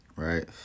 Right